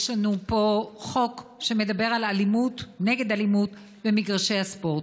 יש לנו פה חוק שמדבר נגד אלימות במגרשי הספורט,